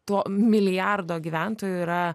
to milijardo gyventojų yra